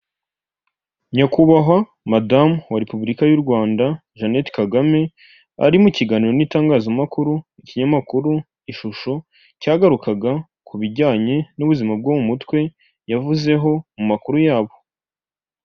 Nyakubahwa madamu wa repubulika y'u Rwanda Jeannette Kagame, ari mu kiganiro n'itangazamakuru, ikinyamakuru Ishusho cyagarukaga ku bijyanye n'ubuzima bwo mu mutwe, yavuzeho mu makuru yabo.